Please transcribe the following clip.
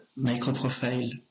microprofile